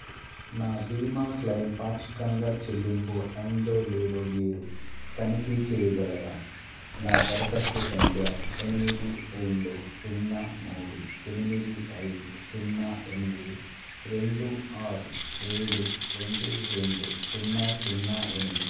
నా బీమా క్లయిమ్ పాక్షికంగా చెల్లింపు అయిందో లేదో మీరు తనిఖీ చేయగలరా నా దరఖాస్తు సంఖ్య ఎనిమిది రెండు సున్నా మూడు ఎనిమిది ఐదు సున్నా ఎనిమిది రెండు ఆరు ఏడు రెండు రెండు సున్నా సున్నా ఎనిమిది